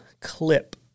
clip